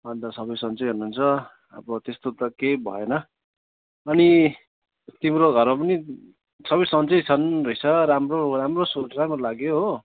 अन्त सबै सन्चै हुनुहुन्छ अब त्यस्तो त केही भएन अनि तिम्रो घरमा पनि सबै सन्चै छन् रहेछ राम्रो राम्रो राम्रो लाग्यो हो